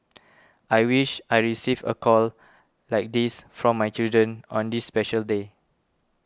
I wish I receive a call like this from my children on this special day